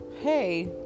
hey